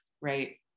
right